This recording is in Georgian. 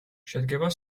შედგება